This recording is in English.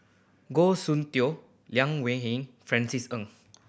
Goh Soon Tioe Liang Wenfu Francis Ng